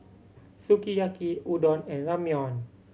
Sukiyaki Udon and Ramyeon